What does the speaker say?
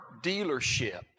dealership